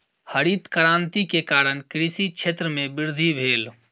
हरित क्रांति के कारण कृषि क्षेत्र में वृद्धि भेल